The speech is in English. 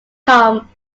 come